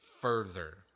further